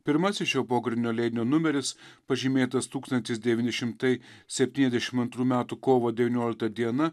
pirmasis šio pogrindinio leidinio numeris pažymėtas tūkstantis devyni šimtai septyndešim antrų metų kovo devyniolikta diena